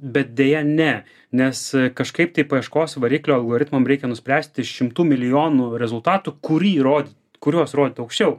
bet deja ne nes kažkaip taip paieškos variklio algoritmam reikia nuspręsti šimtų milijonų rezultatų kurį rodyt kuriuos rodyt aukščiau